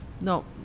no